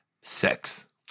sex